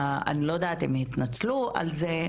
אני לא יודעת אם התנצלו על זה,